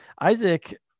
Isaac